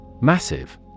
Massive